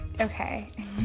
okay